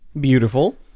Beautiful